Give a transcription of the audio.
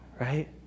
right